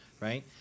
right